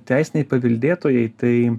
teisiniai paveldėtojai tai